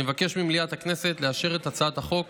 אני מבקש ממליאת הכנסת לאשר את הצעת החוק